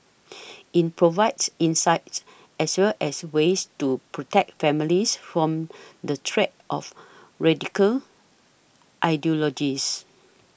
it provides insights as well as ways to protect families from the threats of radical ideologies